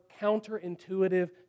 counterintuitive